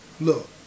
look